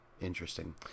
interesting